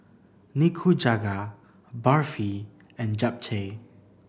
Nikujaga Barfi and Japchae